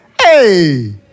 Hey